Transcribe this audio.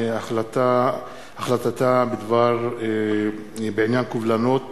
החלטתה בעניין קובלנות